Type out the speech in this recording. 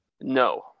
No